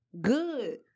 Good